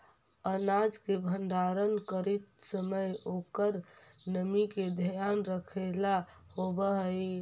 अनाज के भण्डारण करीत समय ओकर नमी के ध्यान रखेला होवऽ हई